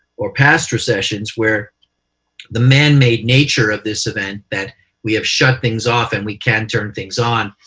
or past recessions, where the manmade nature of this event that we have shut things off and we can't turn things on,